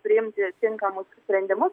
priimti tinkamus sprendimus